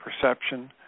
perception